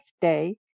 Day